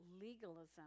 legalism